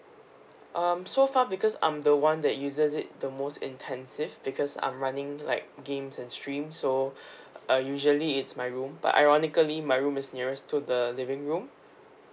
um so far because I'm the [one] that uses it the most intensive because I'm running like games and streams so uh usually it's my room but ironically my room is nearest to the living room